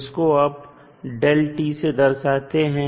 जिसको आप से दर्शाते हैं